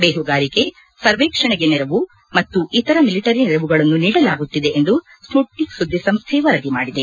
ಬೇಹುಗಾರಿಕೆ ಸರ್ವೇಕ್ಷಣೆಗೆ ನೆರವು ಮತ್ತು ಇತರ ಮಿಲಿಟರಿ ನೆರವುಗಳನ್ನು ನೀಡಲಾಗುತ್ತಿದೆ ಎಂದು ಸ್ವುಟ್ನಿಕ್ ಸುದ್ದಿಸಂಸ್ಥೆ ವರದಿ ಮಾಡಿದೆ